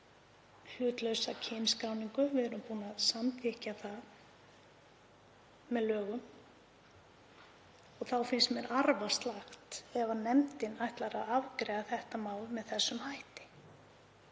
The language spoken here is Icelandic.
hlutlausa kynskráningu, við erum búin að samþykkja það með lögum, og þá finnst mér arfaslakt ef nefndin ætlar að afgreiða þetta mál með þessum hætti.